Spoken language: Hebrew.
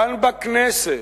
כאן בכנסת,